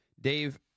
Dave